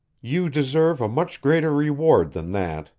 you deserve a much greater reward than that,